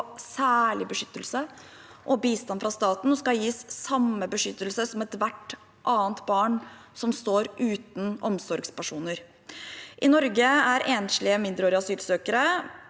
særlig beskyttelse og bistand fra staten. De skal gis samme beskyttelse som ethvert annet barn som står uten omsorgspersoner. I Norge er enslige mindreårige asylsøkere